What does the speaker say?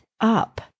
up